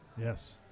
Yes